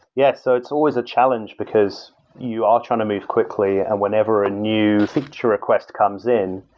yeah. so it's always a challenge, because you are trying to move quickly, and whenever a new feature request comes in,